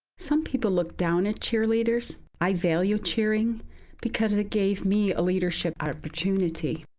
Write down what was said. some people look down at cheerleaders. i value cheering because it gave me a leadership opportunity.